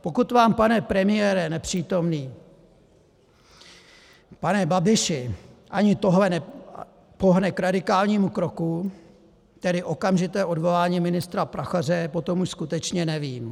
Pokud vás, pane premiére nepřítomný, pane Babiši, ani tohle nepohne k radikálním krokům, tedy okamžitému odvolání ministra Prachaře, potom už skutečně nevím.